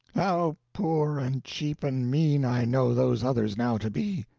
how poor and cheap and mean i know those others now to be,